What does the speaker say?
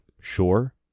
Sure